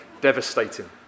devastating